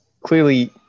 clearly